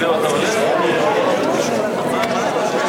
לא נתקבלה.